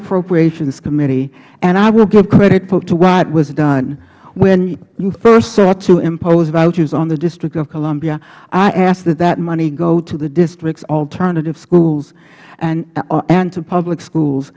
appropriations committee and i will give credit to why it was done when you first sought to impose vouchers on the district of columbia i asked that that money go to the district's alternative schools and to public schools